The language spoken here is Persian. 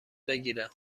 بگیرم